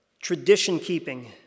tradition-keeping